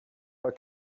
pas